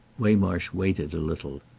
waymarsh waited a little.